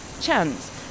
Chance